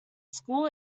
school